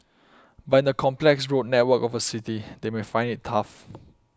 but in the complex road network of a city they may find it tough